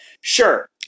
Sure